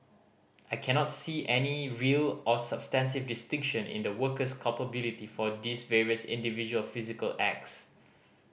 I cannot see any real or substantive distinction in the worker's culpability for these various individual physical acts